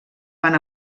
van